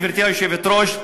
גברתי היושבת-ראש,